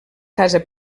casa